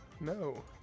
no